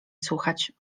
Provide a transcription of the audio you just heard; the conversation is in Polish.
słuchać